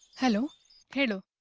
hello hello.